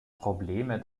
probleme